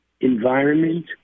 environment